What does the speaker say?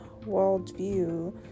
worldview